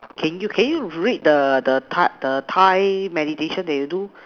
can you can you rate the the Thai the Thai meditation that you do